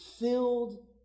filled